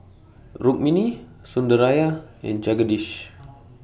Rukmini Sundaraiah and Jagadish